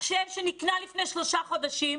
מחשב שנקנה לפני שלושה חודשים,